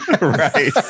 Right